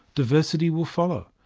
diversity will follow.